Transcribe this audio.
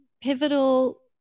pivotal